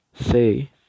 say